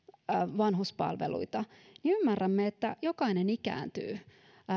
vanhuspalveluita niin ymmärrämme että jokainen ikääntyy